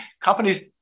companies